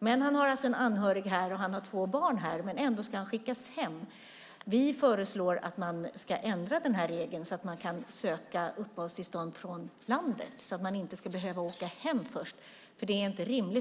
Han har två barn här men ska ändå skickas hem. Vi föreslår att regeln ändras så att man kan söka uppehållstillstånd härifrån utan att först behöva åka hem. Det är inte rimligt.